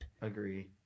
Agree